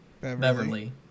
Beverly